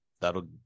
That'll